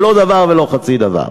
לא דבר ולא חצי דבר.